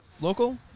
local